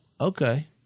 okay